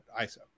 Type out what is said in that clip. iso